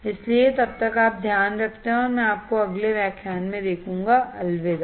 इसलिए तब तक आप ध्यान रखते हैं और मैं आपको अगले व्याख्यान में देखूंगा अलविदा